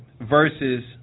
versus